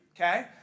Okay